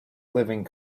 living